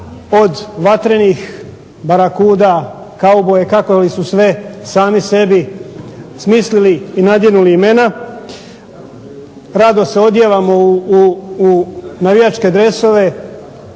od Vatrenih, Barakuda, Kauboja, kako li su sve sami sebi smislili i nadjenuli imena, rado se odijevamo u navijačke dresove